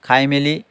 খাই মেলি